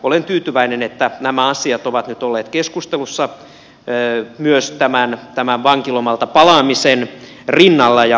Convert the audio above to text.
olen tyytyväinen että nämä asiat ovat nyt olleet keskustelussa myös tämän vankilomalta palaamisen rinnalla